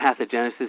pathogenesis